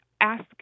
Ask